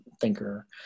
thinker